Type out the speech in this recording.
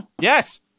Yes